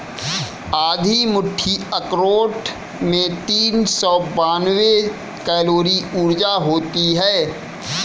आधी मुट्ठी अखरोट में तीन सौ बानवे कैलोरी ऊर्जा होती हैं